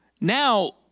Now